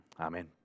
Amen